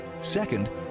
Second